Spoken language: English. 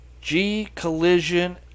G-collision